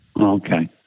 Okay